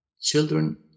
Children